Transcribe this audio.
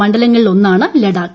മണ്ഡലങ്ങളിലൊന്നാണ് Ladakh